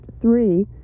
three